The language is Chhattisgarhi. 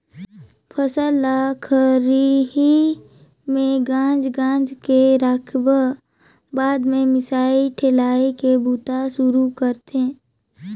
फसल ल खरही में गांज गांज के राखेब बाद में मिसाई ठेलाई के बूता सुरू करथे